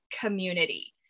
community